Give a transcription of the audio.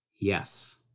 Yes